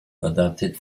adapted